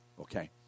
Okay